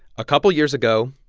a couple years ago,